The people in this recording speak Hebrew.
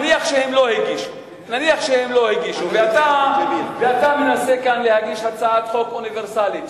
נניח שהם לא הגישו ואתה מנסה להגיש הצעת חוק אוניברסלית,